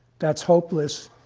that's hopeless.